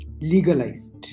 legalized